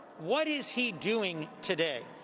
what is he doing today?